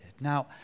Now